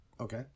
Okay